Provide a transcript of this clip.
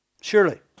surely